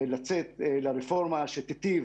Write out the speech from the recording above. לצאת לרפורמה שתיטיב